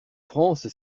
france